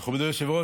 מכובדי היושב-ראש,